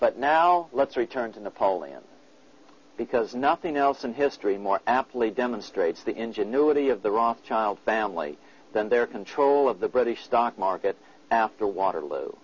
but now let's return to napoleon because nothing else in history more aptly demonstrates the ingenuity of the rothschild family and their control of the british stock market after waterloo